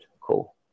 Cool